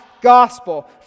gospel